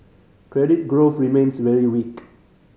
credit growth remains very weak